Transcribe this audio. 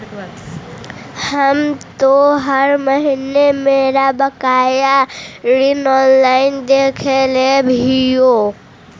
हम तो हर महीने मेरा बकाया ऋण ऑनलाइन देख लेव हियो